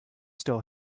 still